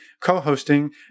co-hosting